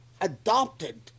adopted